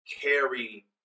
carry